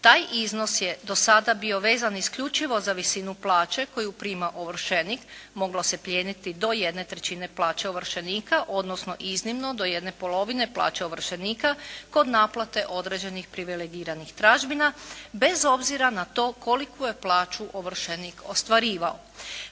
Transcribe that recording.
Taj iznos je do sada bio vezan isključivo za visinu plaće koju prima ovršenik, moglo se plijeniti do 1/3 plaće ovršenika, odnosno iznimno do 1/2 plaće ovršenika kod naplate određenih privilegiranih tražbina bez obzira na to koliku je plaću ovršenik ostvarivao.